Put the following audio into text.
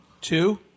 Two